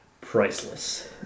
priceless